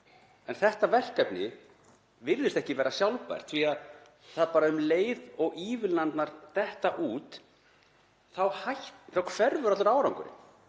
en þetta verkefni virðist ekki vera sjálfbært því að um leið og ívilnanirnar detta út þá hverfur allur árangurinn.